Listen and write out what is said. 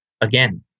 Again